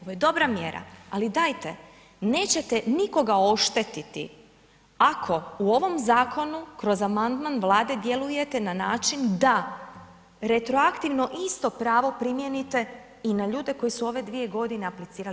Ovo je dobra mjera, ali dajte nećete nikoga oštetiti ako u ovom zakonu kroz amandman Vlade djelujete na način da retroaktivno isto pravo primijenite i na ljude koji su u ove dvije godine aplicirali.